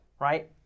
right